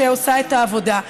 שעושה את העבודה.